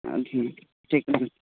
हाँ ठीक है ठीक है